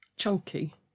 chunky